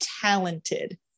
talented